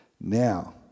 Now